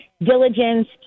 diligence